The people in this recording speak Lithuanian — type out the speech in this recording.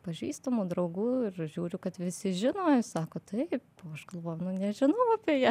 pažįstamų draugų ir žiūriu kad visi žino sako taip o aš galvoju nu nežinau apie ją